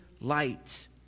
light